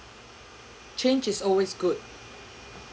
change is always good